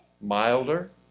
milder